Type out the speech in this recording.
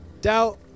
Doubt